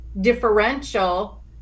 differential